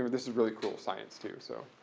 this is really cool science too, so.